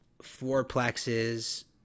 fourplexes